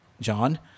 John